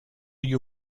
you